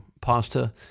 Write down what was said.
pasta